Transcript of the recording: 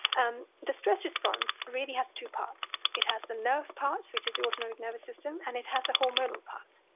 and the stress response really has two parts. it has the nerve part, which is the autonomic nervous system, and it has the hormonal part,